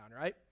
right